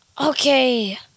Okay